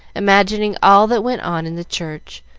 imagining all that went on in the church,